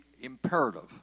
imperative